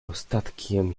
ostatkiem